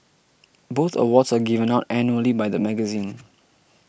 both awards are given out annually by the magazine